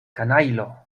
kanajlo